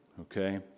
Okay